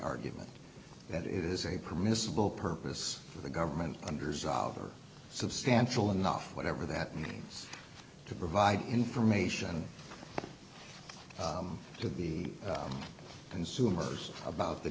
argument that it is a permissible purpose for the government under zoller substantial enough whatever that means to provide information to the consumers about the